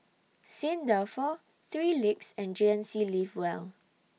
Saint Dalfour three Legs and G N C Live Well